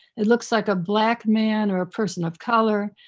it looks like a black man or a person of color,